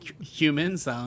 humans –